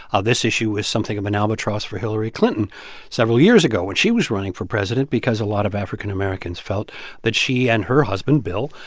ah this issue was something of an albatross for hillary clinton several years ago when she was running for president because a lot of african americans felt that she and her husband, bill,